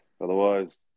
Otherwise